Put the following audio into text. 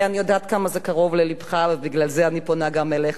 ואני יודעת כמה זה קרוב ללבך ובגלל זה אני פונה גם אליך,